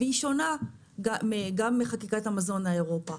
והיא שונה גם מחקיקת המזון האירופי.